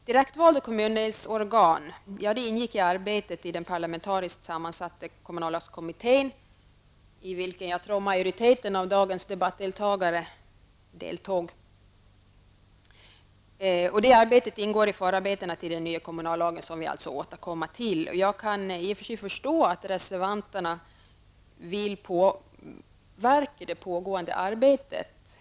Direktvalda kommundelsorgan ingick i arbetet i den parlamentariskt sammansatta kommunallagskommittén, i vilken majoriteten av dagens debattdeltagare deltog, tror jag. Resultatet av det arbetet ingår i förarbetena till den nya kommunallagen, som vi alltså återkommer till. Jag kan i och för sig förstå att reservanterna vill påverka det pågående arbetet.